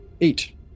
eight